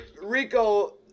Rico